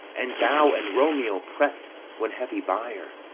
and thou and romeo press one heavy bier!